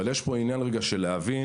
יש פה עניין של להבין